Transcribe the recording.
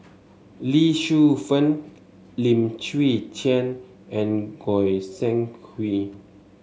Lee Shu Fen Lim Chwee Chian and Goi Seng Hui